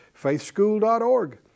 faithschool.org